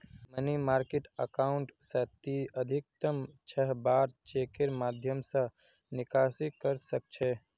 money market account स ती अधिकतम छह बार चेकेर माध्यम स निकासी कर सख छ